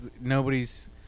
nobody's